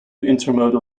intermodal